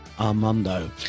Armando